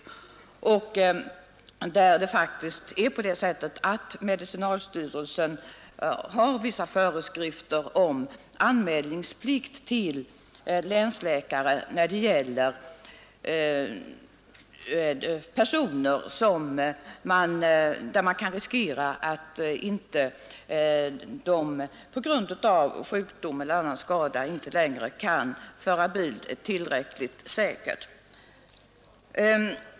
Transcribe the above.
Socialstyrelsen har faktiskt vissa föreskrifter om anmälningsplikt till länsläkare när det gäller personer där risk föreligger att de på grund av sjukdom eller annan skada inte längre kan föra bil tillräckligt säkert.